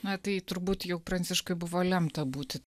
na tai turbūt jau pranciškui buvo lemta būti